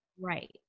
Right